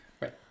right